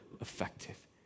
effective